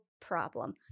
Problem